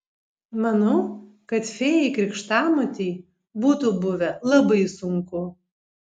manau kad fėjai krikštamotei būtų buvę labai sunku